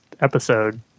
episode